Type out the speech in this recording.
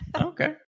okay